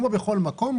כמו בכל מקום,